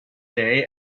day